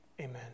Amen